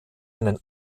einen